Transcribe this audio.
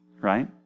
Right